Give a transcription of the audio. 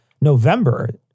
November